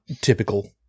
typical